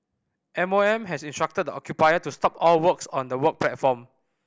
M O M has instructed the occupier to stop all works on the work platform